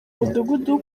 mudugudu